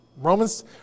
Romans